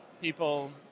people